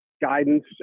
guidance